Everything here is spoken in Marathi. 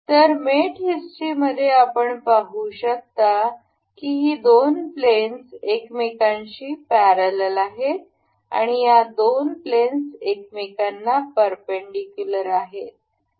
तर मेट हिस्ट्रीमध्ये आपण पाहु शकतो की ही दोन प्लेन्स एकमेकांशी पॅरलल आहेत आणि या दोन प्लेन एकमेकांना परपेंडिकुलरआहेत